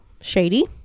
shady